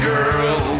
Girl